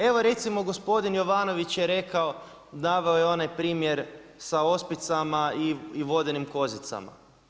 Evo recimo gospodin Jovanović je rekao naveo je onaj primjer sa ospicama i vodenim kozicama.